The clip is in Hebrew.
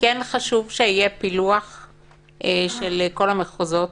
כן חשוב שיהיה פילוח של כל המחוזות,